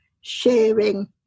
sharing